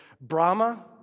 Brahma